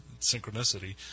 Synchronicity